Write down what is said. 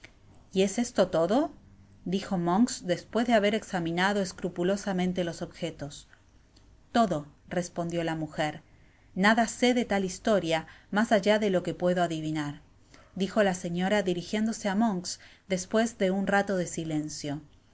y es esto todo dijo monks despues de haber examinado escrupulosamente los objetos todo respondió la mujer nada sé de tal historia mas allá de lo que puedo adivinar dijo la señora dirijiéndose á monks despues de un rato de silencio